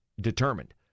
determined